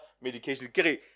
medication